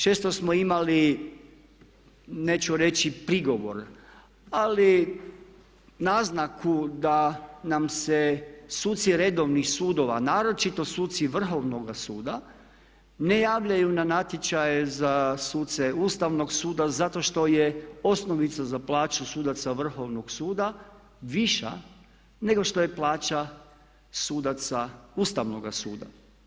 Često smo imali, neću reći prigovor, ali naznaku da nam se suci redovnih sudova naročito suci Vrhovnoga suda ne javljaju na natječaje za suce Ustavnog suda zato što je osnovica za plaću sudaca Vrhovnog suda viša nego što je plaća sudaca Ustavnoga suda.